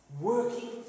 working